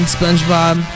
Spongebob